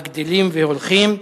הגדלים והולכים,